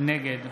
נגד